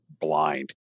blind